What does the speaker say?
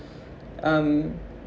um